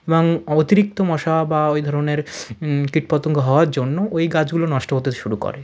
এবং অতিরিক্ত মশা বা ওই ধরনের কীটপতঙ্গ হওয়ার জন্য ওই গাছগুলো নষ্ট হতে শুরু করে